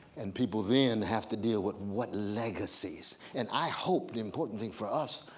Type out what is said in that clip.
and people then have to deal with what legacies. and i hope, the important thing for us,